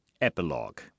EPILOGUE